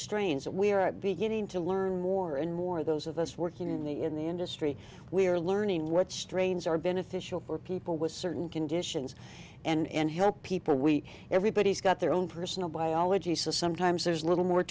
strains that we are beginning to learn more and more those of us working in the in the industry we're learning what strains are beneficial for people with certain conditions and help people we everybody's got their own personal biology so sometimes there's a little more